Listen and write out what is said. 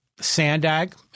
Sandag